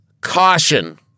Caution